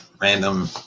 random